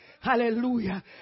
Hallelujah